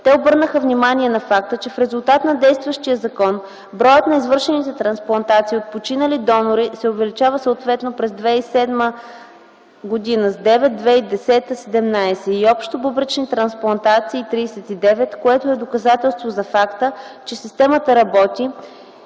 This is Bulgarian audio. Те обърнаха внимание на факта, че в резултат на действащия закон броят на извършените трансплантации от починали донори се увеличава съответно през 2007 г. – 9, 2010 г. – 17 и общо бъбречни трансплантации – 39, което е доказателство за факта, че системата работи